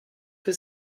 für